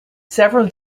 several